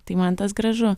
tai man tas gražu